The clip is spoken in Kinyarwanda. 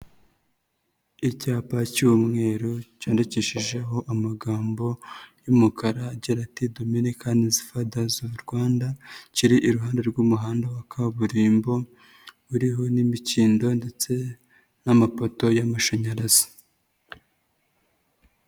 Icyapa cy'umweru cyanyandikishijeho amagambo y'umukara agira ati" dominican fathers of Rwanda, kiri iruhande rw'umuhanda wa kaburimbo uriho n'imikindo ndetse n'amapoto y'amashanyarazi.